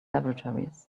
laboratories